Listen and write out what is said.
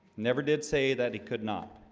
never did say that he could not